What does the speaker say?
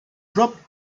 dropped